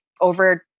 over